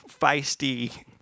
feisty